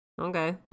Okay